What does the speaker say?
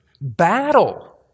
battle